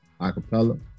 Acapella